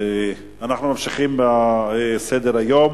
אנחנו ממשיכים בסדר-היום: